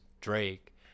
Drake